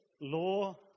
Law